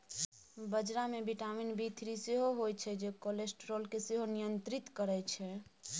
बजरा मे vitamin B three सेहो होइ छै जे कोलेस्ट्रॉल केँ सेहो नियंत्रित करय छै